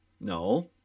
No